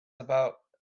about